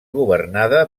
governada